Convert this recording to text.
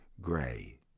gray